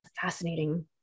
fascinating